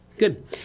Good